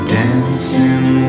dancing